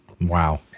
Wow